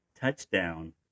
touchdown